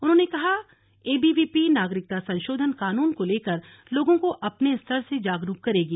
उन्होंने कहा एबीवीपी नागरिकता संशोधन कानून को लेकर लोगों को अपने स्तर से जागरूक करेगी